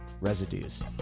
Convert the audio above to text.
residues